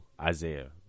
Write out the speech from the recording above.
Isaiah